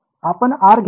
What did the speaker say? आपण R घेतला